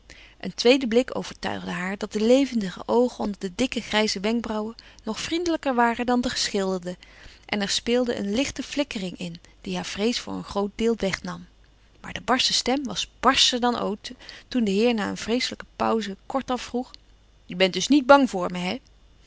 een tweede blik overtuigde haar dat de levendige oogen onder de dikke grijze wenkbrauwen nog vriendelijker waren dan de geschilderde en er speelde eene lichte flikkering in die haar vrees voor een groot deel wegnam maar de barsche stem was barscher dan ooit toen de oude heer na een vreeselijke pauze kortaf vroeg je bent dus niet bang voor me hè